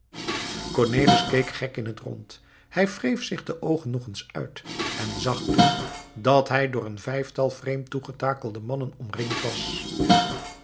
cornelis keek gek in het rond hij wreef zich de oogen nog eens uit en zag toen dat hij door een vijftal vreemd toegetakelde mannen omringd was